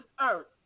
earth